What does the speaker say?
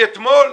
מאתמול?